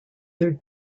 their